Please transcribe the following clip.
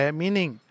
meaning